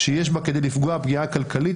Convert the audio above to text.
שיש בה כדי לפגוע פגיעה כלכלית,